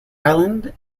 island